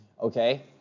Okay